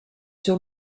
sur